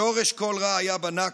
שורש כל רע היה בנכבה: